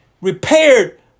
repaired